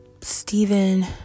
Stephen